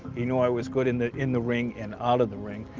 he knew i was good in the in the ring and out of the ring.